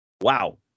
Wow